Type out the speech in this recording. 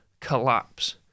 collapse